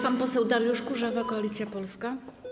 Pan poseł Dariusz Kurzawa, Koalicja Polska.